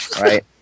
right